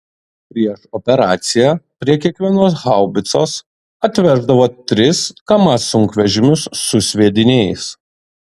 prieš operaciją prie kiekvienos haubicos atveždavo tris kamaz sunkvežimius su sviediniais